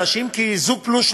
לא עושים ממוצעים,